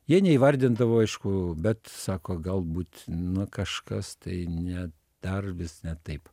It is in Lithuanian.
jie neįvardindavo aišku bet sako galbūt nu kažkas tai ne dar vis ne taip